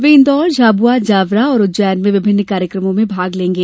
वे इंदौर झाबुआ जावरा और उज्जैन में विभिन्न कार्यक्रमों में भाग लेंगे